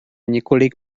několik